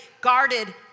guarded